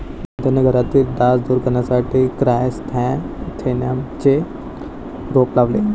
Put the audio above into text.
जोगिंदरने घरातील डास दूर करण्यासाठी क्रायसॅन्थेममचे रोप लावले